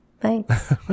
Thanks